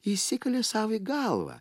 įsikalė sau į galvą